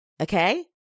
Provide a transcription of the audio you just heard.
Okay